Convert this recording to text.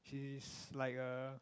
she is like a